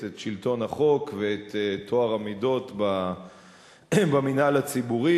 את שלטון החוק ואת טוהר המידות במינהל הציבורי